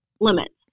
limits